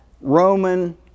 Roman